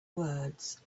words